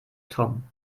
tom